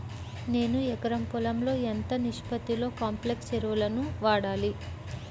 నేను ఎకరం పొలంలో ఎంత నిష్పత్తిలో కాంప్లెక్స్ ఎరువులను వాడాలి?